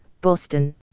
Boston